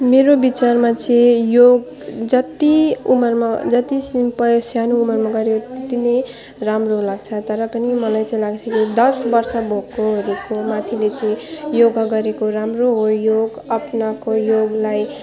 मेरो बिचारमा चाहिँ यो जति उमेरमा जति सिम्पल सानो उमरमा गरो त्यति राम्रो लाग्छ तर पनि मलाई चाहिँ लाग्छ कि दस वर्ष भएकोहरूको माथिले चाहिँ योगा गरेको राम्रो हो योग अपनाएको योगलाई